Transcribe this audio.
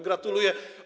Gratuluję.